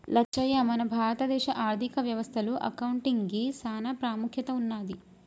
లచ్చయ్య మన భారత దేశ ఆర్థిక వ్యవస్థ లో అకౌంటిగ్కి సాన పాముఖ్యత ఉన్నది